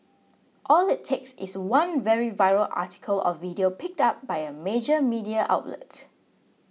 all it takes is one very viral article or video picked up by a major media outlet